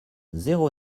zéro